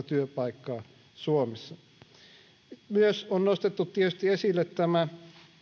työpaikkaa suomessa on nostettu tietysti esille myös tämä